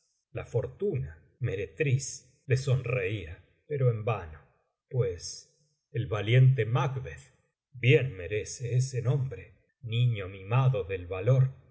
la fortuna meretriz le sonreía pero en vano pues el valiente macbeth bien merece ese nombre niño mimado del valor